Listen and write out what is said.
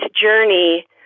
journey